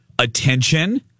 attention